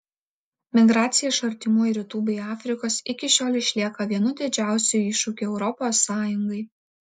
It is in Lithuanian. migracija iš artimųjų rytų bei afrikos iki šiol išlieka vienu didžiausių iššūkių europos sąjungai